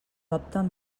opten